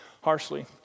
harshly